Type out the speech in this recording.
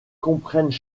comprennent